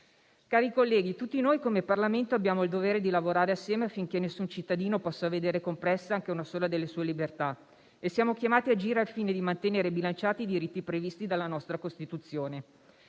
Cari colleghi, tutti noi, come Parlamento, abbiamo il dovere di lavorare assieme affinché nessun cittadino possa vedere compressa anche una sola delle sue libertà. E siamo chiamati ad agire al fine di mantenere bilanciati i diritti previsti dalla nostra Costituzione.